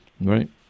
Right